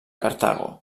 cartago